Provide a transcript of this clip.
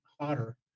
hotter